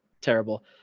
terrible